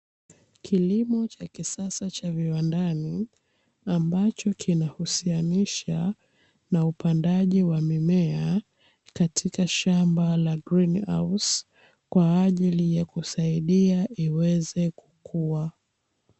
Kilimo cha kisasa cha viwandani, ambacho kinahusianisha na upandaji wa mimea katika shamba la "green house" kwa ajili ya kusaidia iweze kukua.